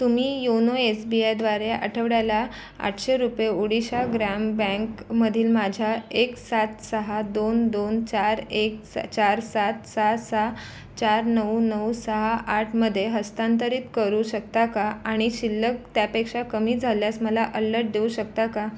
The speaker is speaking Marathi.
तुम्ही योनो एस बी आयद्वारे आठवड्याला आठशे रुपये ओडिशा ग्राम्य बँकमधील माझ्या एक सात सहा दोन दोन चार एक सा चार सात सहा सहा चार नऊ नऊ सहा आठमध्ये हस्तांतरित करू शकता का आणि शिल्लक त्यापेक्षा कमी झाल्यास मला अल्लर्ट देऊ शकता का